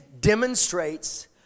demonstrates